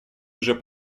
уже